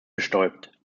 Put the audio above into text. bestäubt